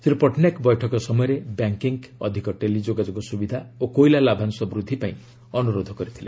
ଶ୍ରୀ ପଟ୍ଟନାୟକ ବୈଠକ ସମୟରେ ବ୍ୟାଙ୍କିଙ୍ଗ୍ ଅଧିକ ଟେଲି ଯୋଗାଯୋଗ ସୁବିଧା ଓ କୋଇଲା ଲାଭାଂଶ ବୃଦ୍ଧି ପାଇଁ ଅନୁରୋଧ କରିଥିଲେ